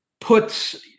puts